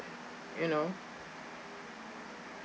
you know